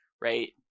right